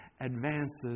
advances